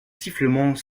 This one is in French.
sifflements